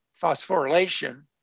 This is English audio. phosphorylation